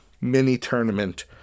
mini-tournament